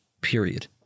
period